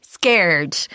Scared